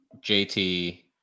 JT